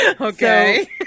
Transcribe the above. Okay